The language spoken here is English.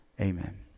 Amen